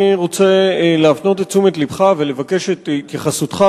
אני רוצה להפנות את תשומת לבך ולבקש את התייחסותך